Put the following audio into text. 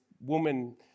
woman